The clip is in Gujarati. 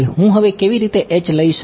હું હવે કેવી રીતે લઈ શકું